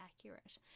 accurate